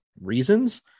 reasons